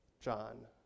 John